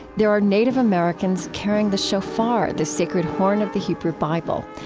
there are native americans carrying the shofar, the sacred horn of the hebrew bible.